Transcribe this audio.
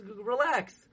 Relax